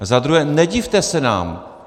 Za druhé, nedivte se nám.